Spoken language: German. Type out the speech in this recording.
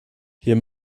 hier